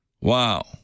Wow